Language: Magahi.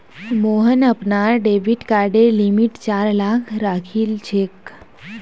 मोहन अपनार डेबिट कार्डेर लिमिट चार लाख राखिलछेक